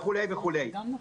וכו' וכו'.